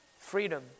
Freedom